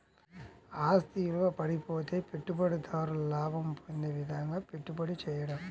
ఆస్తి విలువ పడిపోతే పెట్టుబడిదారు లాభం పొందే విధంగాపెట్టుబడి చేయడం